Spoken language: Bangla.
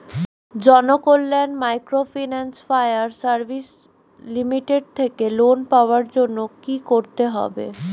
Janakalyan microfinance fire service limited থেকে লোন পাওয়ার জন্য কি করতে হবে?